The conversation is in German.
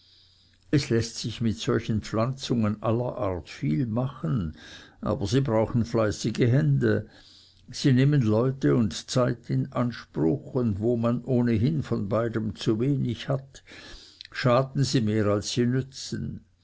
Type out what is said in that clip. es läßt sich mit solchen pflanzungen aller art viel machen aber sie brauchen fleißige hände sie nehmen leute und zeit in anspruch und wo man ohnehin von beiden zu wenig hat schaden sie mehr als sie nützen